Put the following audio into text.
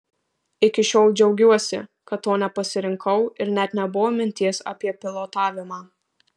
iki šiol džiaugiuosi kad to nepasirinkau ir net nebuvo minties apie pilotavimą